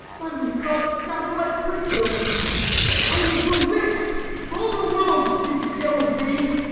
my loose thoughts scatter like quicksilver i was bewitch'd for all the world speaks ill of thee.